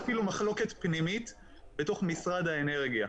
אפילו מחלוקת פנימית בתוך משרד האנרגיה,